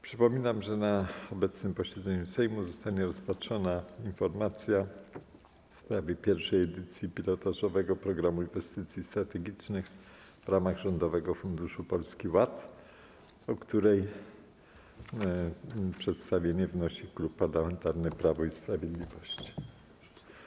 Przypominam, że na obecnym posiedzeniu Sejmu zostanie rozpatrzona informacja w sprawie pierwszej edycji pilotażowego Programu Inwestycji Strategicznych w ramach Rządowego Funduszu Polski Ład, o której przedstawienie wnosi Klub Parlamentarny Prawo i Sprawiedliwość.